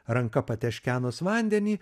ranka pateškenus vandenį